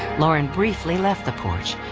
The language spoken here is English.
lauren briefly left the porch.